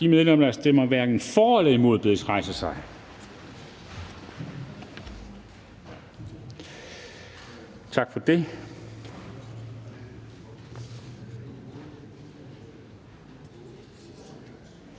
De medlemmer, der stemmer hverken for eller imod, bedes rejse sig. Tak.